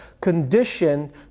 condition